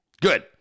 Good